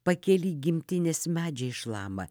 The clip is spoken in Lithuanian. pakely gimtinės medžiai šlama